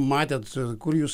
matėt kur jūs